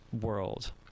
world